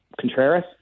Contreras